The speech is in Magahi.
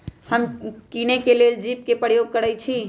हम किने के लेल जीपे कें प्रयोग करइ छी